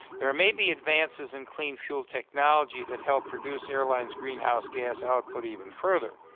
there may be advances in clean fuel technology that help reduce airlines greenhouse gas output even further.